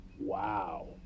Wow